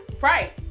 Right